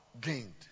gained